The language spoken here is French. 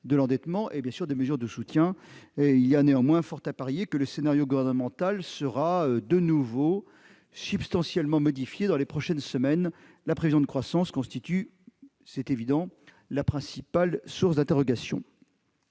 de l'endettement et des mesures de soutien. Il y a néanmoins fort à parier que le scénario gouvernemental sera, de nouveau, substantiellement modifié dans les prochaines semaines. La prévision de croissance constitue naturellement la principale source d'interrogation.